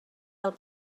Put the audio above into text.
del